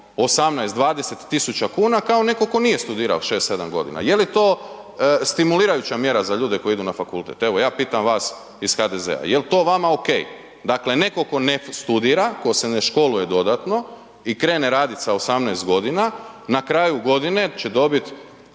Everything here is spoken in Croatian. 18, 20 tisuća kuna kao netko tko nije studirao 6, 7 godina? Je li to stimulirajuća mjera za ljude koji idu na fakultet? Evo, ja pitam vas iz HDZ-a, je li to vama okej? Dakle, netko tko ne studira, tko se ne školuje dodatno i krene raditi s 18 godina na kraju godine će dobiti